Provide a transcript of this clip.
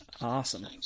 Awesome